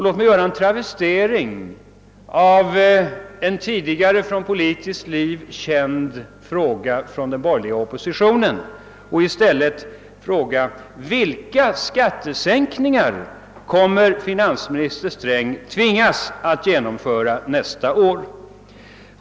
Låt mig travestera en tidigare av den borgerliga oppositionen ofta ställd fråga: Vilka skattesänkningar kommer finansminister Sträng att tvingas genomföra nästa år?